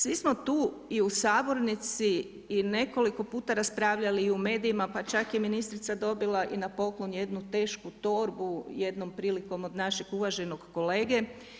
Svi smo tu i u sabornici i nekoliko puta raspravljali i u medijima pa čak je i ministrica dobila i na poklon jednu tešku torbu jednom prilikom od našeg uvaženog kolege.